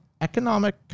economic